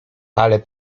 ale